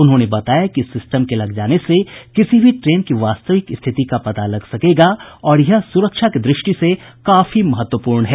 उन्होंने बताया कि इस सिस्टम के लग जाने से किसी भी ट्रेन की वास्तविक स्थिति का पता लग सकेगा और यह सुरक्षा की दृष्टि से भी काफी महत्वपूर्ण है